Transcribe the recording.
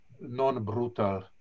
non-brutal